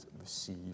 receive